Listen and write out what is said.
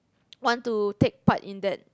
want to take part in that